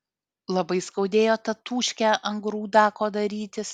labai skaudėjo tatūškę ant grūdako darytis